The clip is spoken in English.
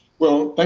well,